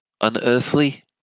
unearthly